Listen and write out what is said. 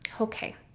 Okay